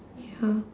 ya